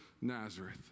Nazareth